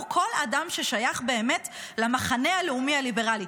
כל אדם ששייך באמת למחנה הלאומי-הליברלי".